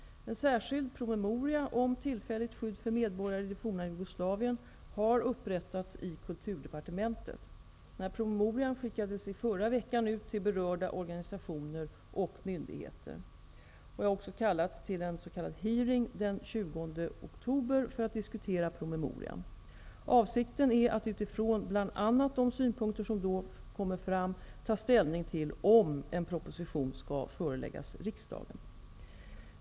En särskild promemoria om tillfälligt skydd för medborgare i det forna Jugoslavien har upprättats i Kulturdepartementet. Denna promemoria skickades i förra veckan ut till berörda organisationer och myndigheter. Jag har också kallat till en s.k. hearing den 20 oktober för att diskutera promemorian. Avsikten är att utifrån bl.a. de synpunkter som då kommer fram ta ställning till om en proposition skall föreläggas riksdagen.